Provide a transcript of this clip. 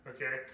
Okay